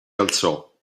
alzò